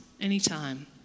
anytime